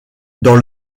dans